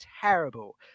terrible